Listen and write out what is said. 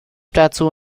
dazu